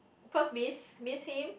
cause miss miss him